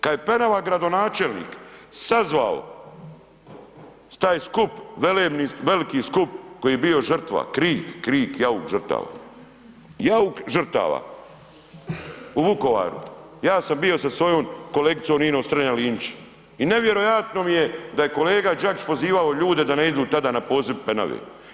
Kada je Penava gradonačelnik sazvao taj skup veliki skup koji je bio žrtva, krik, krik, jauk žrtava, jauk žrtava u Vukovaru ja sam bio sa svojom kolegicom Ines Strenja Linić i nevjerojatno mi je da je kolega Đakić pozivao ljude da ne idu tada na poziv Penave.